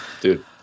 Dude